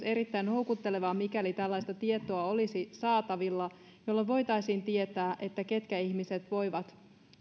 erittäin houkuttelevaa mikäli tällaista tietoa olisi saatavilla jolloin voitaisiin tietää ketkä ihmiset voivat